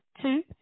two